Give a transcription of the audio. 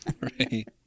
Right